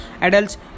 adults